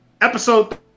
episode